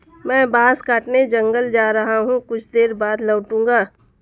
मैं बांस काटने जंगल जा रहा हूं, कुछ देर बाद लौटूंगा